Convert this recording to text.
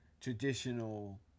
traditional